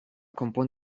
konpon